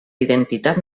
identitat